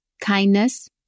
kindness